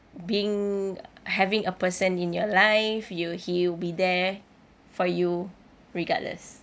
being having a person in your life you he'll be there for you regardless